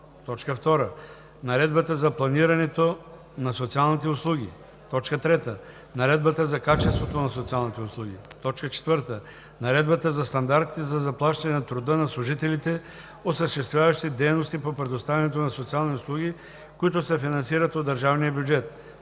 закона; 2. Наредбата за планирането на социалните услуги; 3. Наредбата за качеството на социалните услуги; 4. Наредбата за стандартите за заплащане на труда на служителите, осъществяващи дейности по предоставяне на социални услуги, които се финансират от държавния бюджет;